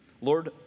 Lord